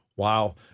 Wow